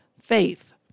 Faith